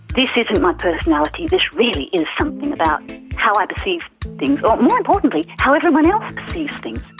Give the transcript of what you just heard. this isn't my personality, this really is something about how i perceive things, or more importantly how everyone else perceives things.